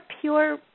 pure